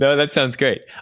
so that sounds great.